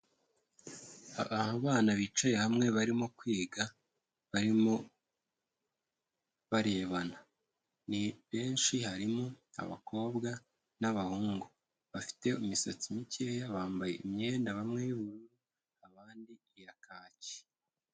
Abana bicaye hamwe barimo kwiga, barimo barebana. Ni benshi, harimo abakobwa n'abahungu bafite imisatsi mikeya, bambaye imyenda bamwe yubururu, abandi ya kaki.